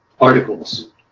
articles